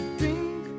drink